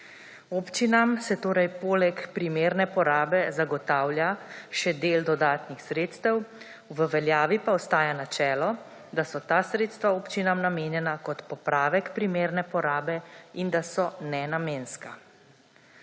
Občinam se torej poleg primerne porabe zagotavlja še del dodatnih sredstev, v veljavi pa ostaja načelo, da so ta sredstva občinam namenjena kot popravek primerne porabe in da so nenamenska.